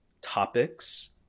topics